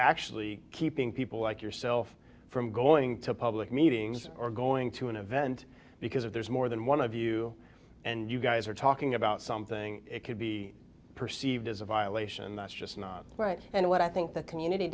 actually keeping people like yourself from going to public meetings or going to an event because if there's more than one of you and you guys are talking about something it could be perceived as a violation and that's just not right and what i think the community